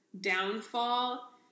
downfall